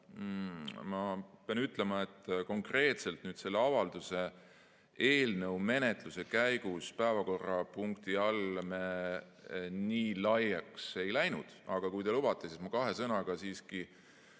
Ma pean ütlema, et konkreetselt selle avalduse eelnõu menetluse käigus päevakorrapunkti all me nii laiali ei läinud, aga kui te lubate, siis ma kahe sõnaga siiski